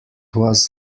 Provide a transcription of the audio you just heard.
was